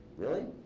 really?